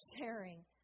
sharing